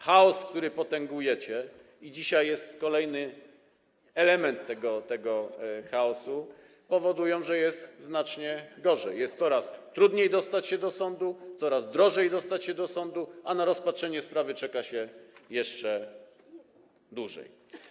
Chaos, który potęgujecie - i dzisiaj jest kolejny element tego chaosu - powoduje, że jest znacznie gorzej, jest coraz trudniej dostać się do sądu, coraz drożej dostać się do sądu, a na rozpatrzenie sprawy czeka się jeszcze dłużej.